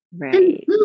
right